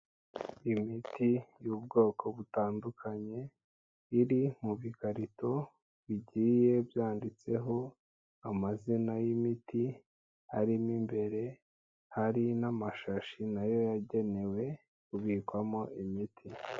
Imiti y'ubwoko butandukanye iri mu bi bikarito bigiye byanditseho amazina y'imiti arimo imbere, hari n'amashashi na yo yagenewe kubikwamo imiti.